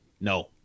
No